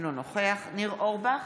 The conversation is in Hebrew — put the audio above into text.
אינו נוכח ניר אורבך,